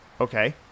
Okay